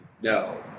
no